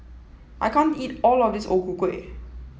I can't eat all of this O Ku Kueh